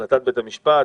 בהחלטת בית המשפט?